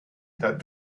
that